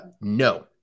no